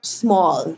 small